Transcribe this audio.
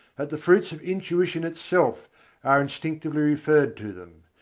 that the fruits of intuition itself are instinctively referred to them.